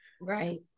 right